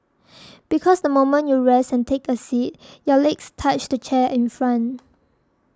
because the moment you rest and take a seat your legs touch the chair in front